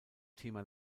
thema